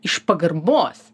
iš pagarbos